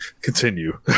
Continue